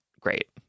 great